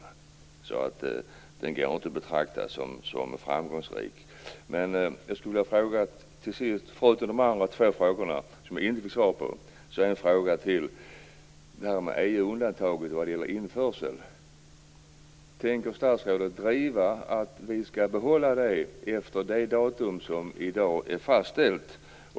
Så vår alkoholpolitik kan inte betraktas som framgångsrik. Jag fick inte något svar på mina andra två frågor, men jag vill ändå ställa en fråga till angående EU undantaget vad gäller införsel. Tänker statsrådet driva att vi skall behålla det undantaget efter det datum som i dag är fastställt?